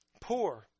poor